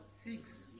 Six